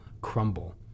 crumble